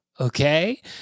okay